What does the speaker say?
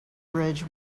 bridge